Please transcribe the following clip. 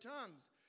tongues